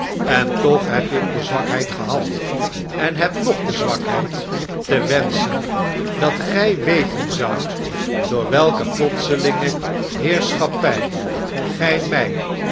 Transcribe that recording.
en toch heb ik de zwakheid gehad en heb nog de zwakheid te wenschen dat gij weten zoudt door welke plotselinge heerschappij gij mij